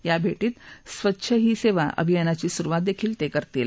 या भेटीतस्वच्छ ही सेवा अभियानाची सुरवात देखील ते करतील